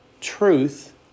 truth